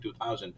2000